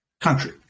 country